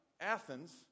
Athens